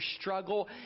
struggle